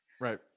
Right